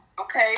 okay